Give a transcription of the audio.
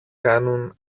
κάνουν